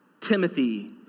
Timothy